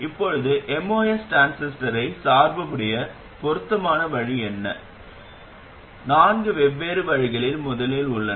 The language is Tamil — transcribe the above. இப்போது MOS டிரான்சிஸ்டரை சார்புடைய பொருத்தமான வழி என்ன நான்கு வெவ்வேறு வழிகளில் முதலில் உள்ளன